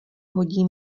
hodí